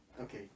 okay